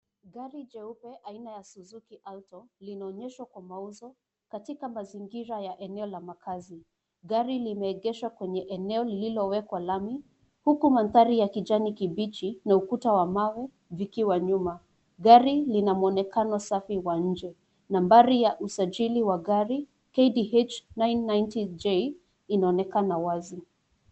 Gari jeupe aina ya Suzuki Alto[C's] linaonyeshwa kwa mauzo katika mazingira ya eneo la makazi. Gari limeegeshwa kwenye eneo lililowekwa lami, huku mandhari ya kijani kibichi na ukuta wa mawe vikiwa nyuma. Gari lina mwonekano safi wa nje. Nambari ya usajili wa gari KDH 990J inaonekana wazi.